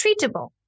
treatable